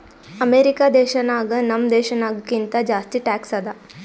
America ದೇಶನಾಗ್ ನಮ್ ದೇಶನಾಗ್ ಕಿಂತಾ ಜಾಸ್ತಿ ಟ್ಯಾಕ್ಸ್ ಅದಾ